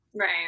Right